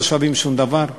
לא שווים שום דבר,